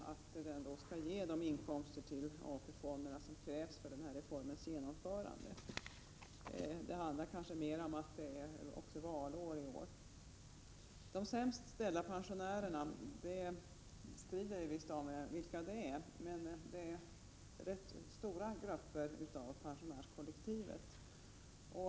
Man tror alltså inte att AP-fonderna kommer att få de inkomster som krävs för reformens genomförande. Det handlar kanske mest om att det är valår i år. Vi strider om vilka de sämst ställda pensionärerna är, men här rör det sig om rätt stora grupper inom pensionärskollektivet.